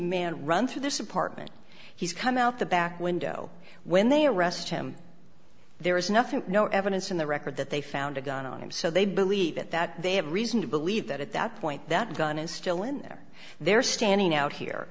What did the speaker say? man run through this apartment he's come out the back window when they arrest him there is nothing no evidence in the record that they found a gun on him so they believe it that they have reason to believe that at that point that gun is still in there they're standing out here